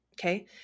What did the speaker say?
Okay